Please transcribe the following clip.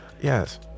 yes